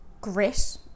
grit